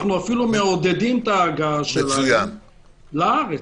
אנחנו אפילו מעודדים את הגעתם לארץ.